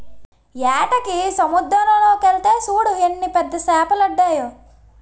ఏటకి సముద్దరం లోకెల్తే సూడు ఎన్ని పెద్ద సేపలడ్డాయో